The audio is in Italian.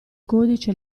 codice